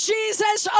Jesus